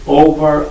over